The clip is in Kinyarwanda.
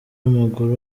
w’amaguru